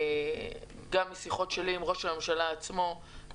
גם שיחות שלי עם ראש הממשלה עצמו,